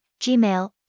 Gmail